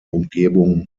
umgebung